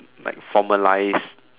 like formalize